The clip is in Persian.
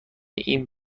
این